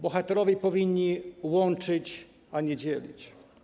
Bohaterowie powinni łączyć, a nie dzielić.